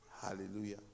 Hallelujah